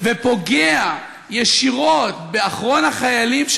ופוגע ישירות באחרון החיילים,